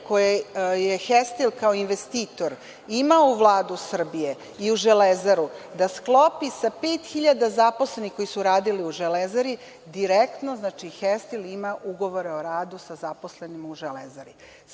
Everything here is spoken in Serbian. koje je „Hestel“ kao investitor imao u Vladu Srbije i u „Železaru“ da sklopi sa 5.000 zaposlenih koji su radili u „Železari“ direktno, znači, „Hestil“ ima ugovore o radu sa zaposlenima u „Železari“.Samim